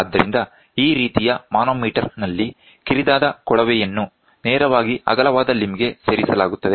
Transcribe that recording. ಆದ್ದರಿಂದ ಈ ರೀತಿಯ ಮಾನೋಮೀಟರ್ ನಲ್ಲಿ ಕಿರಿದಾದ ಕೊಳವೆಯನ್ನು ನೇರವಾಗಿ ಅಗಲವಾದ ಲಿಂಬ್ ಗೆ ಸೇರಿಸಲಾಗುತ್ತದೆ